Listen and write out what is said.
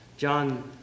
John